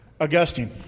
Augustine